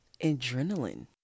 adrenaline